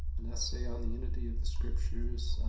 an essay on the unity of the scriptures,